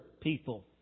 people